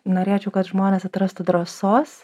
norėčiau kad žmonės atrastų drąsos